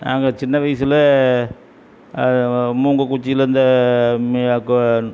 நாங்கள் சின்ன வயசில் மூங்க குச்சியில் இந்த மே க